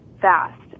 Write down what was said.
fast